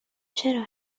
چرا